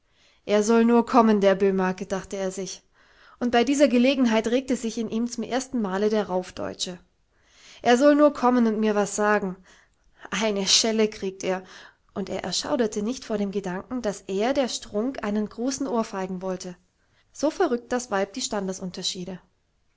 er soll nur kommen der böhmake dachte er sich und bei dieser gelegenheit regte sich in ihm zum ersten male der raufdeutsche er soll nur kommen und mir was sagen eine schelle kriegt er und er erschauderte nicht vor dem gedanken daß er der strunk einen großen ohrfeigen wollte so verrückt das weib die